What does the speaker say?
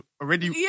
already